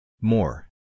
More